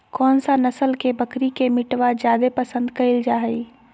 कौन सा नस्ल के बकरी के मीटबा जादे पसंद कइल जा हइ?